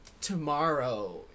tomorrow